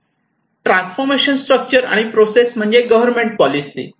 transformation structure आणि process म्हणजे government policy